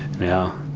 now,